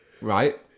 right